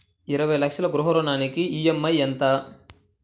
ఇరవై లక్షల గృహ రుణానికి ఈ.ఎం.ఐ ఎంత?